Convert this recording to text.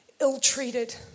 ill-treated